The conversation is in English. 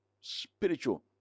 spiritual